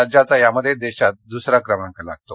राज्याचा यामध्ये देशात दुसरा क्रमांक आहे